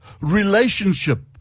Relationship